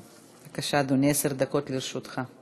בבקשה, אדוני, עשר דקות לרשותך.